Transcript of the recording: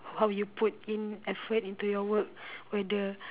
how you put in effort into your work whether